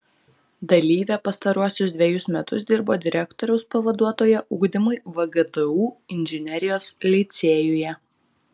dalyvė pastaruosius dvejus metus dirbo direktoriaus pavaduotoja ugdymui vgtu inžinerijos licėjuje